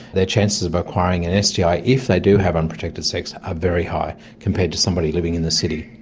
their chances of acquiring an ah sti, if they do have unprotected sex, are very high compared to somebody living in the city.